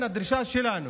הדרישה שלנו,